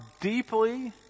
deeply